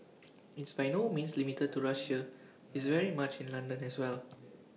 it's by no means limited to Russia it's very much in London as well